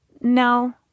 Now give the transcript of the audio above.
no